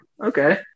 Okay